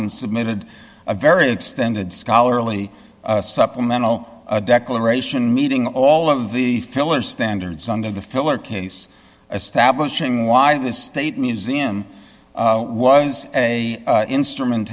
n submitted a very extended scholarly supplemental declaration meeting all of the filler standards under the filler case stablish ing why the state museum was a instrument